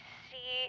see